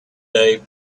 day